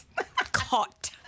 Caught